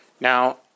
Now